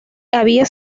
había